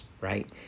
right